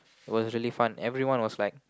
it was really fun everyone was like